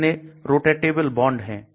कितने rotatable bond है